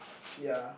ya